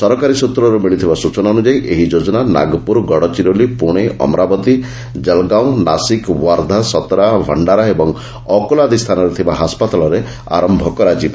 ସରକାରୀ ସ୍ବତ୍ରର୍ ମିଳିଥିବା ସ୍ବଚନା ଅନ୍ତଯାୟୀ ଏହି ଯୋଜନା ନାଗପ୍ରର ଗଡ଼ଚିରୋଲି ପ୍ରଣେ ଅମରାବତୀ କଲଗାଓଁ ନାସିକ୍ ୱାର୍ଦ୍ଧା ସତରା ଭଣ୍ଡାରା ଏବଂ ଅକୋଲା ଆଦି ସ୍ଥାନରେ ଥବା ହାସ୍ପାତାଳରେ ଆରମ୍ଭ ହେବ